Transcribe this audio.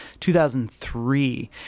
2003